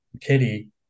kitty